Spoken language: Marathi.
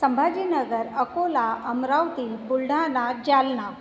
संभाजीनगर अकोला अमरावती बुलढाणा जालना